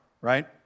right